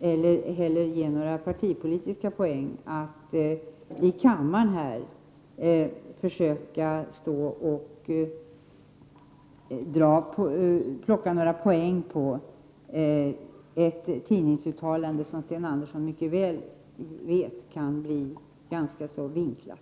eller ge några partipolitiska poäng, om jag i kammaren plockade fram tidningsuttalanden, som, som Sten Andersson mycket väl känner till, kan bli mycket vinklade.